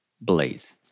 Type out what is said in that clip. Blaze